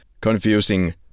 confusing